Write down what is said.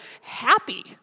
happy